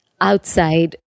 outside